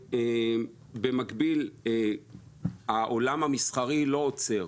במקביל העולם המסחרי לא עוצר.